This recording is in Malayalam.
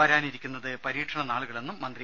വരാനിരിക്കുന്നത് പരീക്ഷണ നാളുകളെന്നും മന്ത്രി